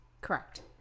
Correct